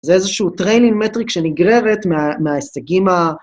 זה איזשהו טריילינג מטריק שנגררת מההישגים ה...